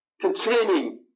containing